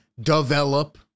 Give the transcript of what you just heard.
develop